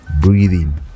breathing